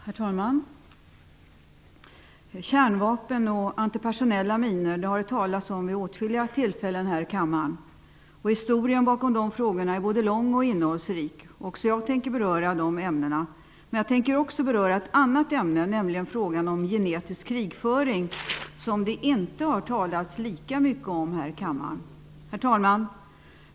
Herr talman! Kärnvapen och antipersonella minor har det talats om vid åtskilliga tillfällen här i kammaren. Historien bakom dessa frågor är både lång och innehållsrik. Även jag tänker beröra dessa ämnen. Men jag tänker också beröra ett annat ämne, nämligen frågan om genetisk krigföring. Det har inte talats lika mycket om den här i kammaren. Herr talman!